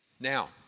Now